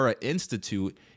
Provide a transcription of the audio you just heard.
Institute